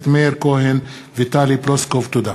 תודה.